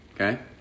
Okay